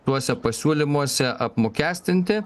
tuose pasiūlymuose apmokestinti